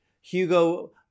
Hugo